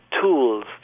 tools